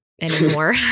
anymore